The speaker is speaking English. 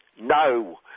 No